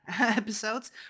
episodes